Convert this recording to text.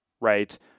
right